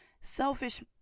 selfish